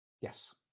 yes